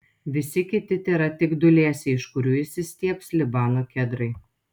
visi kiti tėra tik dūlėsiai iš kurių išsistiebs libano kedrai